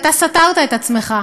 אתה סתרת את עצמך.